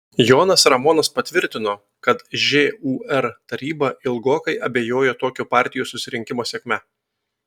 jonas ramonas patvirtino kad žūr taryba ilgokai abejojo tokio partijų susirinkimo sėkme